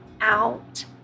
out